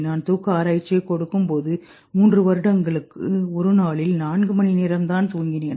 நான் தூக்க ஆராய்ச்சியைக் கொடுக்கும்போது 3 வருடங்களுக்கு ஒரு நாளில் 4 மணிநேரம் தான் தூங்கினேன்